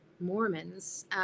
Mormons